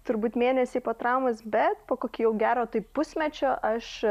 turbūt mėnesiai po traumos bet po kokio jau gero pusmečio aš